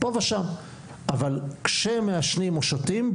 אבל כשמעשנים או שותים,